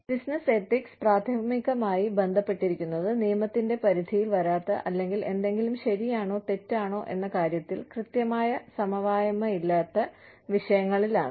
business ethics പ്രാഥമികമായി ബന്ധപ്പെട്ടിരിക്കുന്നത് നിയമത്തിന്റെ പരിധിയിൽ വരാത്ത അല്ലെങ്കിൽ എന്തെങ്കിലും ശരിയാണോ തെറ്റാണോ എന്ന കാര്യത്തിൽ കൃത്യമായ സമവായമില്ലാത്ത വിഷയങ്ങളിലാണ്